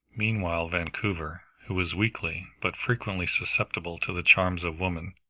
meanwhile vancouver, who was weakly but frequently susceptible to the charms of woman,